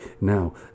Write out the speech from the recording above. Now